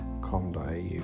com.au